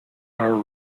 are